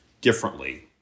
differently